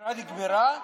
החקירה נגמרה?